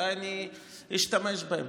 אולי אני אשתמש בהן.